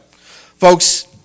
Folks